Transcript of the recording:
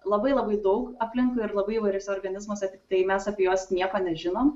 labai labai daug aplinkui ir labai įvairiuose organizmas tiktai mes apie juos nieko nežinom